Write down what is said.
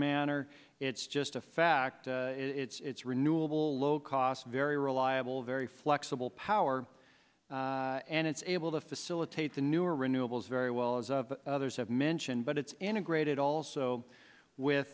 manner it's just a fact it's renewable low cost very reliable very flexible power and it's able to facilitate the newer renewables very well as of others have mentioned but it's integrated also with